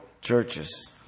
churches